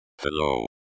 Hello